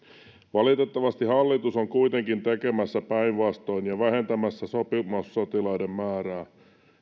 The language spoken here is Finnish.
valitettavasti hallitus on kuitenkin tekemässä päinvastoin ja vähentämässä sopimussotilaiden määrää